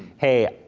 hey,